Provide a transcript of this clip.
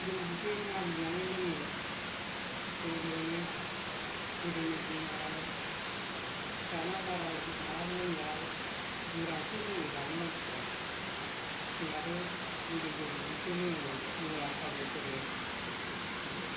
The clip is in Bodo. जौ बिदै मागिनानै लोङो ज' ज'नो गोदोनि दिना दाना बारा लोंला गोरानसो लोङो दानि मानसिफ्रा जोंहाथ' गोदो जौ बिदैसो लोङोमोन मुला खाजिफोरजों